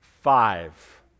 five